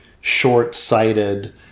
short-sighted